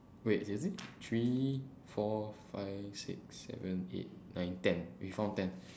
wait is it three four five six seven eight nine ten we found ten